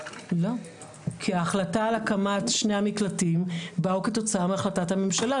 כי ההחלה על הקמת שני המקלטים באה כתוצאה מהחלטת הממשלה,